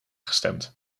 gestemd